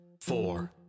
four